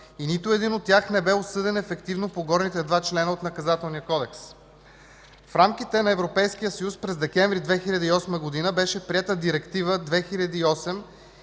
и нито един от тях не бе осъден ефективно по горните два члена от Наказателния кодекс. В рамките на Европейския съюз през месец декември 2008 г. беше приета Директива